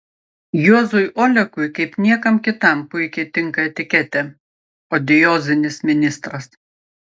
juozui olekui kaip niekam kitam puikiai tinka etiketė odiozinis ministras